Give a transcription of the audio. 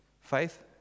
Faith